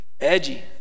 edgy